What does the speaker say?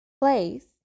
place